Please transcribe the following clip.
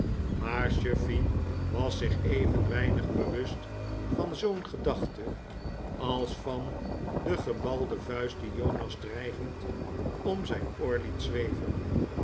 maar chuffey was zich even weinig bewust van zoo'n gedachte als van de gebalde vuist die jonas dreigend om zijn oor liet zweven